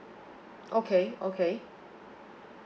okay okay